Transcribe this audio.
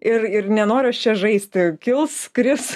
ir ir nenoriu aš čia žaisti kils kris